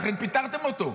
לכן פיטרתם אותו.